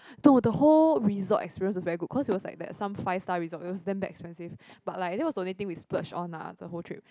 no the whole resort experience was very good cause it was like that some five star resort it was damn expensive but like that was the only thing we splurge on ah the whole trip